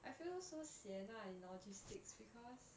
I feel so sian ah in logistics because